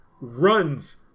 runs